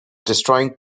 destroying